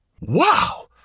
Wow